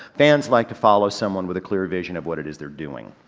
fans like to follow someone with a clear vision of what it is they're doing.